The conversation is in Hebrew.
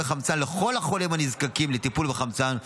חמצן לכל החולים הנזקקים לטיפול בחמצן,